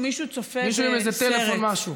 מישהו עם איזה פלאפון, משהו?